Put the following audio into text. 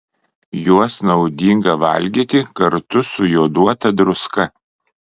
juos naudinga valgyti kartu su joduota druska